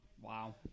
Wow